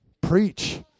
Preach